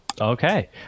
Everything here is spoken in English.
Okay